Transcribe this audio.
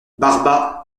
barba